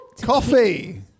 Coffee